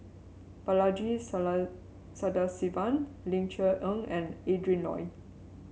Balaji Sadasivan Ling Cher Eng and Adrin Loi